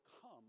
come